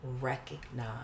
recognize